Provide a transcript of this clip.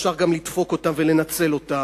אפשר גם לדפוק אותם ולנצל אותם,